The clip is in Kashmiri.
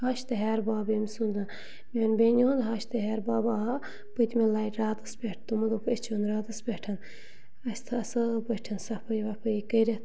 ہَش تہٕ ہٮ۪رٕ باب أمۍ سُنٛد میٛانہِ بیٚنہِ ہُنٛد ہش تہٕ ہٮ۪رٕ باب آو پٔتمہِ لَٹہِ راتَس پٮ۪ٹھ تِمو دوٚپ اَسہِ چھُ یُن راتَس پٮ۪ٹھ اَسہِ تھٲو اَصۭل پٲٹھۍ صفٲیی وفٲیی کٔرِتھ